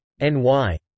NY